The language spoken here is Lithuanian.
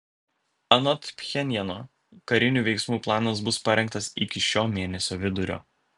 anot pchenjano karinių veiksmų planas bus parengtas iki šio mėnesio vidurio